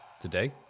today